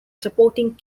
supporting